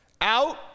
Out